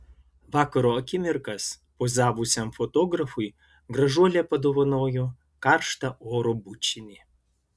vakaro akimirkas pozavusiam fotografui gražuolė padovanojo karštą oro bučinį